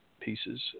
pieces